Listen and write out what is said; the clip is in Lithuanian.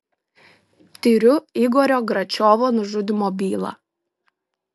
tiriu igorio gračiovo nužudymo bylą